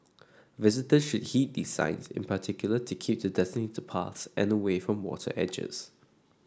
visitors should heed these signs in particular to keep to designated paths and away from water edges